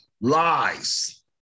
Lies